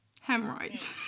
hemorrhoids